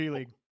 League